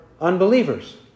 unbelievers